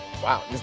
Wow